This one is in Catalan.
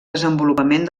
desenvolupament